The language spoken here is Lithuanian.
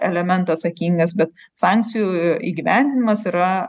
elementą atsakingas bet sankcijų įgyvendinimas yra